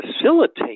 facilitate